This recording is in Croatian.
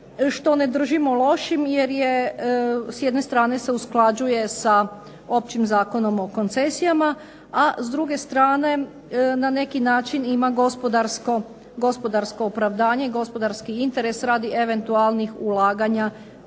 što ne držimo lošim jer je s jedne strane se usklađuje sa Općim Zakonom o koncesijama, a s druge strane na neki način ima gospodarsko opravdanje i gospodarski interes radi eventualnih ulaganja